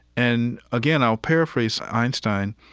and again i'll paraphrase einstein.